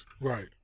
Right